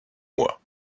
moi